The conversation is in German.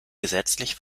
gesetzlich